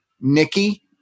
nikki